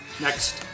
next